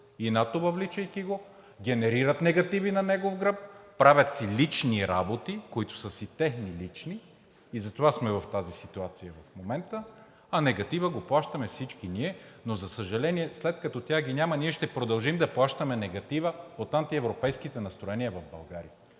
и НАТО, въвличайки го, генерират негативи на негов гръб, правят си лични работи, които са си техни лични. Затова сме в тази ситуация в момента, а негатива го плащаме всички ние. Но за съжаление, след като тях ги няма, ние ще продължим да плащаме негатива от антиевропейските настроения в България.